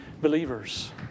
believers